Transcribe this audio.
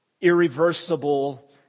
irreversible